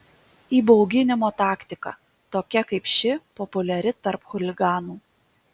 įbauginimo taktika tokia kaip ši populiari tarp chuliganų